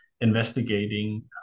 investigating